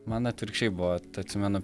man atvirkščiai buvo atsimenu